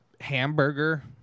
hamburger